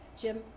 Jim